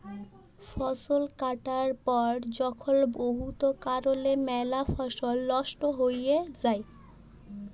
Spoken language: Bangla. ফসল কাটার পর যখল বহুত কারলে ম্যালা ফসল লস্ট হঁয়ে যায়